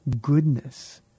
goodness